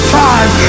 time